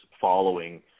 following